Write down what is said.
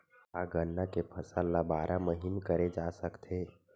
का गन्ना के फसल ल बारह महीन करे जा सकथे?